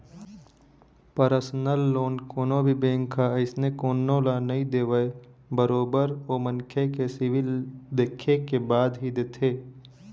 personal loan कोनो भी bank ह अइसने कोनो ल नइ देवय बरोबर ओ मनखे के सिविल देखे के बाद ही देथे